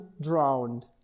drowned